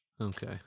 Okay